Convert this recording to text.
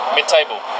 Mid-table